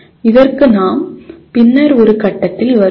இதற்கு நாம் பின்னர் ஒரு கட்டத்தில் வருவோம்